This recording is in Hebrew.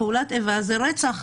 פעולת איבה זה רצח,